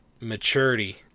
maturity